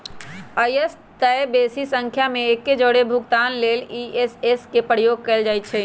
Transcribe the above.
अइसेए तऽ बेशी संख्या में एके जौरे भुगतान लेल इ.सी.एस के प्रयोग कएल जाइ छइ